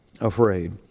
afraid